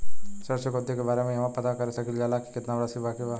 ऋण चुकौती के बारे इहाँ पर पता कर सकीला जा कि कितना राशि बाकी हैं?